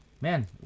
man